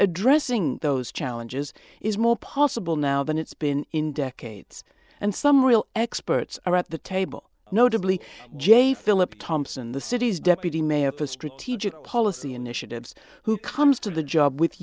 addressing those challenges is more possible now than it's been in decades and some real experts are at the table notably j philip thompson the city's deputy mayor for strategic policy initiatives who comes to the job with